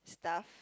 stuff